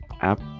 app